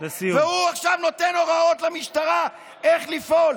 הוא עכשיו נותן הוראות למשטרה איך לפעול.